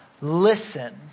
listen